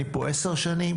אני פה עשר שנים.